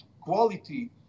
quality